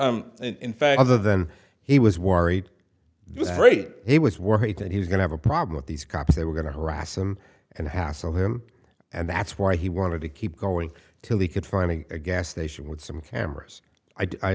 yeah in fact other than he was worried he was very he was worried that he was going to have a problem with these cops they were going to harass him and hassle him and that's why he wanted to keep going till he could find a gas station with some cameras i